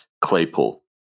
Claypool